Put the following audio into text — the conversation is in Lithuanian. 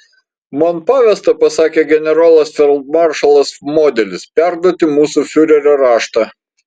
man pavesta pasakė generolas feldmaršalas modelis perduoti mūsų fiurerio raštą